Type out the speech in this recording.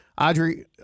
Audrey